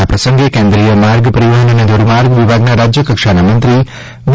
આ પ્રસંગે કેન્દ્રીય માર્ગ પરિવહન અને ધોરીમાર્ગ વિભાગના રાજ્યકક્ષાના મંત્રી વી